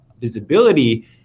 visibility